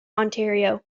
ontario